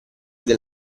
del